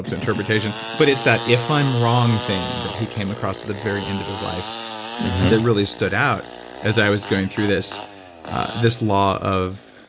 interpretation but it's that, if i'm wrong, thing that he came across at the very end of his life that really stood out as i was going through this this law of